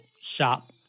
shop